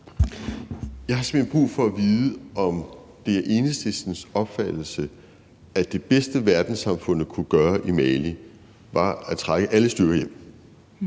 Jeg har simpelt hen brug for at vide, om det er Enhedslistens opfattelse, at det bedste, verdenssamfundet kunne gøre i Mali, var at trække alle styrker hjem,